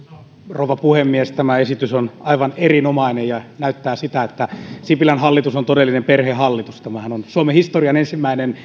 rouva puhemies tämä esitys on aivan erinomainen ja näyttää siltä että sipilän hallitus on todellinen perhehallitus tämähän on suomen historian ensimmäinen